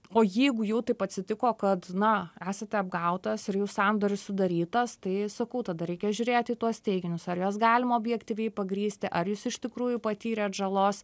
o jeigu jau taip atsitiko kad na esate apgautas ir jau sandoris sudarytas tai sakau tada reikia žiūrėti į tuos teiginius ar juos galima objektyviai pagrįsti ar jūs iš tikrųjų patyrėt žalos